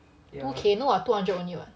two K no lah two hundred only [what]